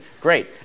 Great